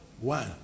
One